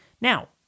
Now